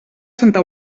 santa